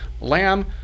Lamb